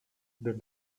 that